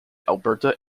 alberta